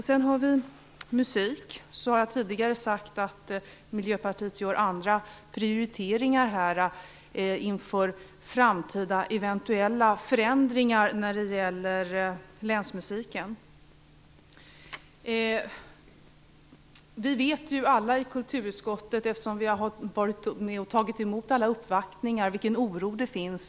Som jag tidigare har sagt gör Miljöpartiet andra prioriteringar inför framtida eventuella förändringar när det gäller Länsmusiken. Vi vet ju alla i kulturutskottet, eftersom vi har varit med och tagit emot alla uppvaktningar, vilken oro som finns.